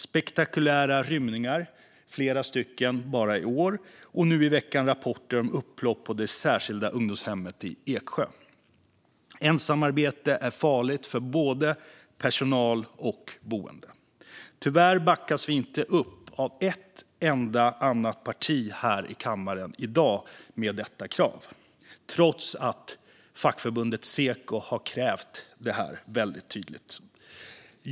Det har varit flera spektakulära rymningar bara i år, och nu i veckan kom rapporter om upplopp på det särskilda ungdomshemmet i Eksjö. Ensamarbete är farligt för både personal och boende. Tyvärr backas vi socialdemokrater inte upp av ett enda annat parti här i kammaren i dag när det gäller detta krav, trots att fackförbundet Seko väldigt tydligt kräver samma sak.